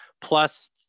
plus